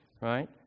right